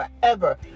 forever